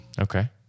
Okay